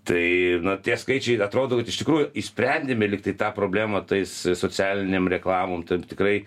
tai tie skaičiai atrodo kad iš tikrųjų išsprendėme lyg tai tą problemą tais socialinėm reklamom tam tikrai